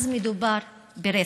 מדובר ברצח.